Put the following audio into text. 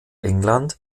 england